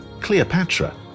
Cleopatra